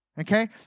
Okay